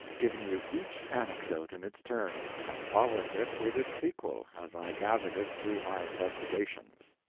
giving you each anecdote in its turn, and following it with its sequel as i gathered it through my investigations.